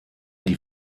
die